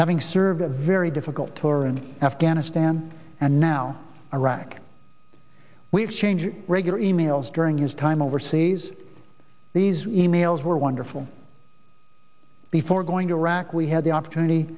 having served a very difficult tour in afghanistan and now iraq we exchange regular emails during his time overseas these e mails were wonderful before going to iraq we had the opportunity